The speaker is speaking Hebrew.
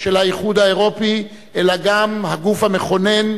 של האיחוד האירופי אלא גם הגוף המכונן,